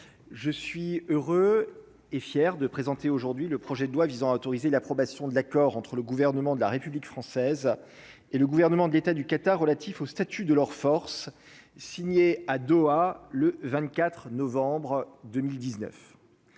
je suis heureux et fier de présenter aujourd'hui le projet de loi visant à autoriser l'approbation de l'accord entre le gouvernement de la République française et le gouvernement de l'État du Qatar relatif au statut de leurs forces, signé à Doha, le 24 novembre 2019